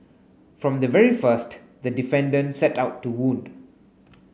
from the very first the defendant set out to wound